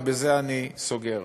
ובזה אני סוגר.